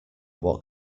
what